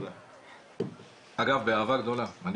אגב באהבה גדולה.